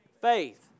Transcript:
Faith